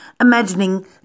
imagining